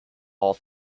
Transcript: all